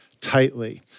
tightly